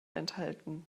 enthalten